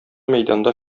мәйданда